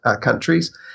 countries